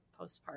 postpartum